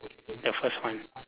the first one